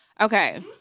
Okay